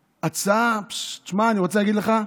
הצעה, תשמע, אני רוצה להגיד לך,